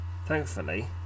Thankfully